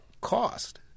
cost